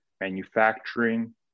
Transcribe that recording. manufacturing